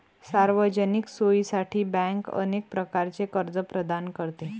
सार्वजनिक सोयीसाठी बँक अनेक प्रकारचे कर्ज प्रदान करते